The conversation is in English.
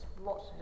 lots